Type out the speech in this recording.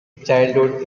childhood